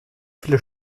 viele